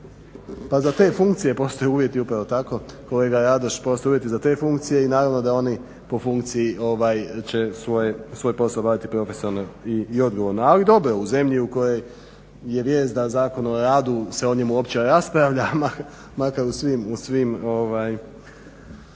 pa za te funkcije upravo postoje uvjeti upravo tako kolega Radoš postoje uvjeti za te funkcije i naravno da oni po funkciji će svoj posao obavljati profesionalno i odgovorno, ali dobro u zemlji u kojoj je vijest da Zakon o radu, se o njemu uopće raspravlja, makar u svim